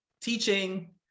teaching